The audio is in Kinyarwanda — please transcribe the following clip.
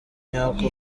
nyako